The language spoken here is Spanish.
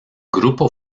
grupo